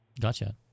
Gotcha